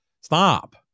Stop